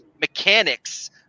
mechanics